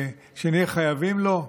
ושנהיה חייבים לו?